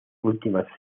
últimas